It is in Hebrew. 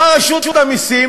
באה רשות המסים,